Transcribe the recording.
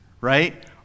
right